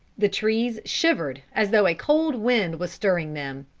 the trees shivered as though a cold wind was stirring them.